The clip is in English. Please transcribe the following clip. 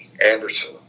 Anderson